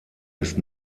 ist